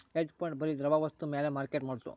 hedge fund ಬರಿ ದ್ರವ ವಸ್ತು ಮ್ಯಾಲ ಮಾರ್ಕೆಟ್ ಮಾಡೋದು